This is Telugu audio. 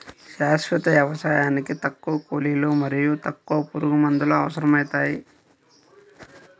శాశ్వత వ్యవసాయానికి తక్కువ కూలీలు మరియు తక్కువ పురుగుమందులు అవసరమవుతాయి